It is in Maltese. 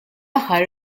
aħħar